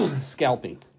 Scalping